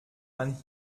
man